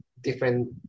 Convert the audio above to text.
different